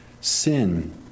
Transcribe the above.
sin